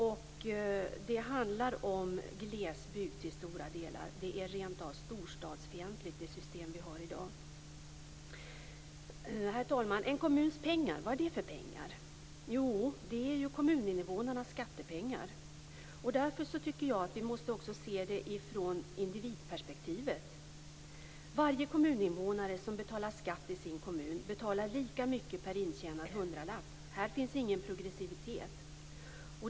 Det handlar till stora delar om glesbygd. Det system vi har i dag är rent av storstadsfientligt. Herr talman! En kommuns pengar - vad är det för pengar? Jo, det är kommuninvånarnas skattepengar. Därför tycker jag att vi också måste se det från individperspektivet. Varje kommuninvånare som betalar skatt i sin kommun betalar lika mycket per intjänad hundralapp - här finns ingen progressivitet.